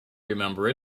remember